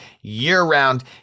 year-round